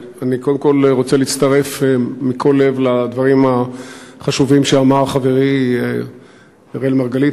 אני קודם כול רוצה להצטרף מכל לב לדברים החשובים שאמר חברי אראל מרגלית,